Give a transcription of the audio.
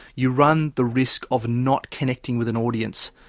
you run the risk of not connecting with an audience,